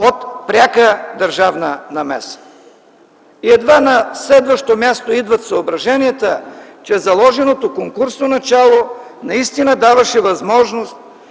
от пряка държавна намеса, и едва на следващо място идват съображенията, че заложеното конкурсно начало наистина даваше възможност